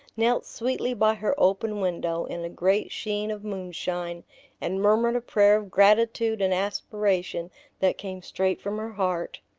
knelt sweetly by her open window in a great sheen of moonshine and murmured a prayer of gratitude and aspiration that came straight from her heart.